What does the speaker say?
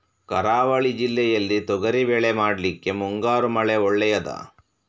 ಕರಾವಳಿ ಜಿಲ್ಲೆಯಲ್ಲಿ ತೊಗರಿಬೇಳೆ ಮಾಡ್ಲಿಕ್ಕೆ ಮುಂಗಾರು ಮಳೆ ಒಳ್ಳೆಯದ?